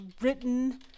written